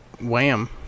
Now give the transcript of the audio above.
Wham